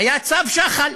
היה צו שחל,